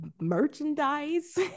merchandise